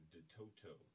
Detoto